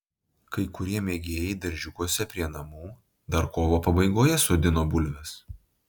kai kurie mėgėjai daržiukuose prie namų dar kovo pabaigoje sodino bulves